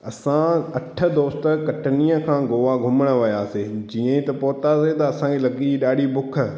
असां अठ दोस्त कटनीअ खां गोवा घुमणु वियासीं जीअं त पहुतासीं त असांखे लॻी ॾाढी बुख